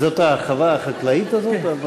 זאת ההרחבה החקלאית הזאת?